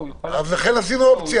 לכן עשינו אופציה.